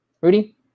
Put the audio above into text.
Rudy